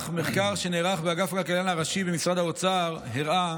מחקר שנערך באגף הכלכלן הראשי במשרד האוצר הראה